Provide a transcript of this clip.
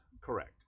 correct